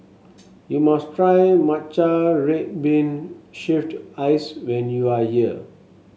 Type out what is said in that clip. you must try Matcha Red Bean Shaved Ice when you are here